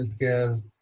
healthcare